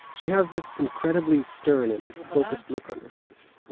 she has this incredibly stern and focused look on her face.